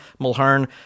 Mulhern